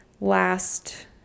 last